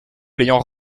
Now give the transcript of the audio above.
l’ayant